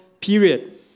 period